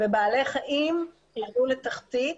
ובעלי חיים ירדו לתחתית.